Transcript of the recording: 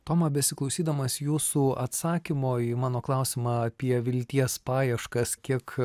toma besiklausydamas jūsų atsakymo į mano klausimą apie vilties paieškas kiek